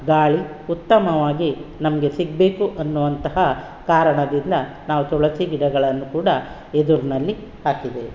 ಗಾಳಿ ಉತ್ತಮವಾಗಿ ನಮಗೆ ಸಿಗಬೇಕು ಅನ್ನುವಂತಹ ಕಾರಣದಿಂದ ನಾವು ತುಳಸಿ ಗಿಡಗಳನ್ನು ಕೂಡ ಎದುರಿನಲ್ಲಿ ಹಾಕಿದ್ದೇವೆ